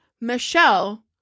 Michelle